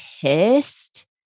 pissed